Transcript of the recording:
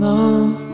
Love